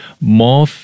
more